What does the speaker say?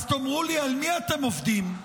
תאמרו לי, על מי אתם עובדים?